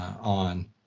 on